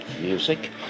music